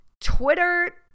Twitter